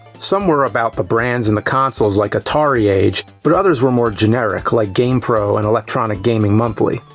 some were about the brands and the consoles like atari age, but others were more generic, like game pro and electronic gaming monthly.